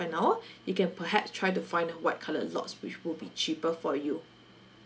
an hour you can perhaps try to find the white coloured lots which will be cheaper for you